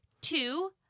Two